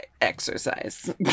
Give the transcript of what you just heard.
exercise